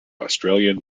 australian